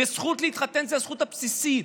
והזכות להתחתן זו זכות בסיסית.